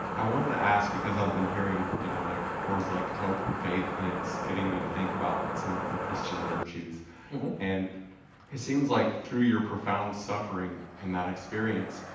i wanted to ask, because i've been hearing you know like words like hope and faith and it's getting me to think about some of the christian virtues and it seems like through your profound suffering and that experience,